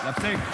עכשיו,